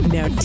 Now